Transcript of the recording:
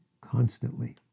constantly